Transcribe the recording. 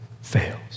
fails